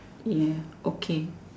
ya okay